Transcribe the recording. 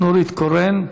נורית קורן,